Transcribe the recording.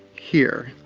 here.